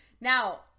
Now